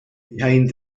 behind